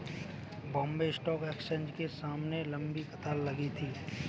Bombay stock exchange के सामने लंबी कतार लगी थी